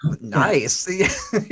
nice